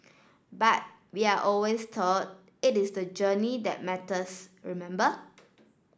but we are always told it is the journey that matters remember